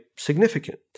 significant